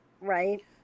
Right